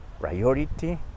priority